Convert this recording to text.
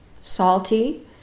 salty